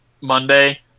monday